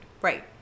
right